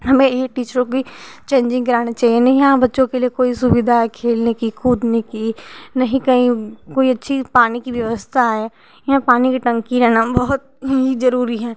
हमें ये टीचरों कि चैनजिंग कराना चाहिए नहीं यहाँ बच्चों के लिए कोई सुविधा खेलने कि कूदने की नहीं कहीं कोई अच्छी पानी की व्यवस्था है यहाँ पानी की टंकी रहना बहुत ही जरूरी है